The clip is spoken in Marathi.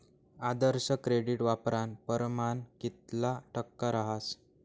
आदर्श क्रेडिट वापरानं परमाण कितला टक्का रहास